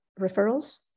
referrals